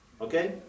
Okay